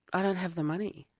i don't have the money.